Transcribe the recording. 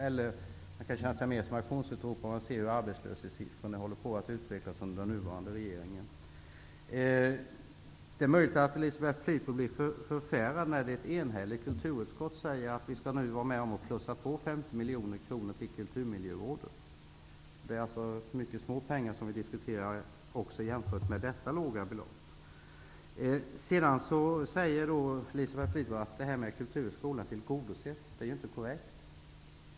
Man kan känna sig mer som en aktionsutropare om man följer hur arbetslöshetssiffrorna håller på att utvecklas under den nuvarande regeringen. Det är möjligt att Elisabeth Fleetwood blir förfärad när ett enhälligt kulturutskott säger att vi nu skall plussa på med 50 miljoner kronor till kulturmiljövården. Jämfört med detta -- i och för sig låga belopp -- diskuterar vi ganska små summor. Elisabeth Fleetwood säger att kulturen i skolan är tillgodosedd. Det är inte korrekt.